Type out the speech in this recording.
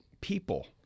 people